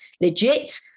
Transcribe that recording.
legit